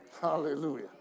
Hallelujah